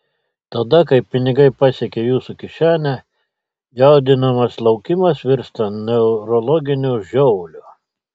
tada kai pinigai pasiekia jūsų kišenę jaudinamas laukimas virsta neurologiniu žiovuliu